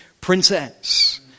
princess